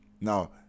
Now